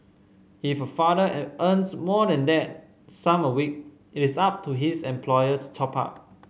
if a father at earns more than that sum a week it is up to his employer to top up